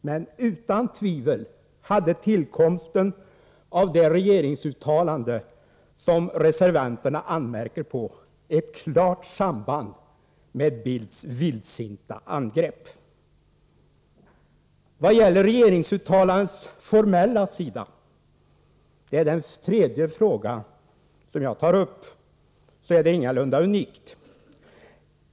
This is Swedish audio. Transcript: Men utan tvivel hade tillkomsten av det regeringsuttalande som reservanterna anmärker på ett klart samband med Carl Bildts vildsinta angrepp. Vad gäller regeringsuttalandets formella sida — det är den tredje fråga jag tar upp —så är det ingalunda unikt.